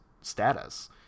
status